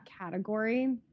category